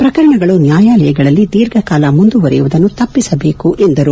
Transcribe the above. ಪ್ರಕರಣಗಳು ನ್ಯಾಯಾಲಯಗಳಲ್ಲಿ ದೀರ್ಘಕಾಲ ಮುಂದುವರೆಯುವುದನ್ನು ತಪ್ಪಿಸಬೇಕು ಎಂದರು